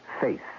faith